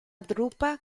drupa